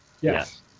Yes